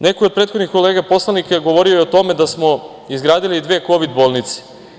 Neko je od prethodnih kolega poslanika govorio o tome da smo izgradili dve Kovid bolnice.